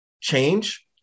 change